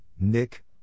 Nick